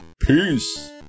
peace